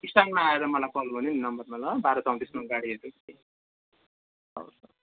स्ट्यान्यमा आएर मलाई कल गर्नु नि नम्बरमा ल बाह्र चौतिस गाडी हेर्नु नि हवस् हवस्